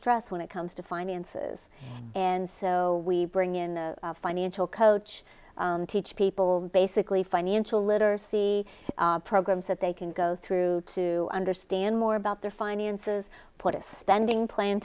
stress when it comes to finances and so we bring in the financial coach teach people basically financial literacy programs that they can go through to understand more about their finances put it banding pla